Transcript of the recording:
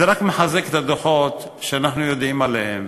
זה רק מחזק את הדוחות שאנחנו יודעים עליהם,